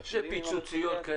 מתקשרים עם --- זה פיצוציות כאלה.